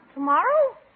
Tomorrow